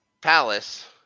Palace